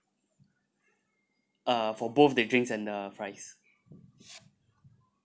uh for both the drinks and the fries